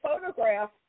photograph